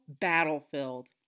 battlefield